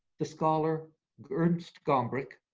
the scholar ernst gombrich